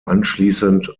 anschließend